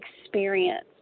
experience